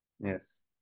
Yes